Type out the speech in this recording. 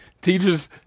Teachers